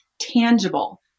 tangible